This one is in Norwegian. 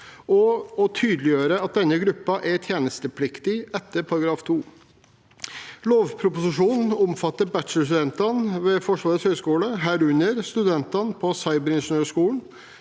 og tydeliggjøre at denne gruppen er tjenestepliktige etter § 2. Lovproposisjonen omfatter bachelorstudentene ved Forsvarets høgskole, herunder studentene på Cyberingeniørskolen